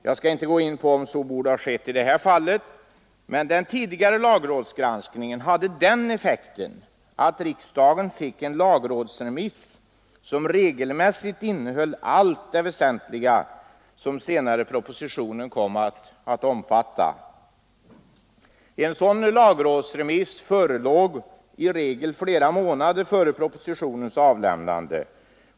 Jag skall inte gå in på om så borde ha skett i det här fallet, men den tidigare lagrådsgranskningen hade den effekten att riksdagen fick en lagrådsremiss som regelmässigt innehöll allt det väsentliga som propositionen senare kom att omfatta. En sådan lagrådsremiss förelåg i regel flera månader före propositionens avlämnande.